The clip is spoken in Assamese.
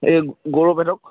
এই গৌৰৱহঁতক